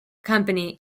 company